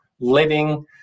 living